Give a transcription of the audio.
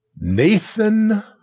Nathan